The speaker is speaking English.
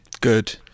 Good